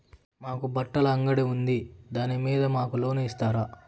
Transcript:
మాకు బట్టలు అంగడి ఉంది దాని మీద మాకు లోను ఇస్తారా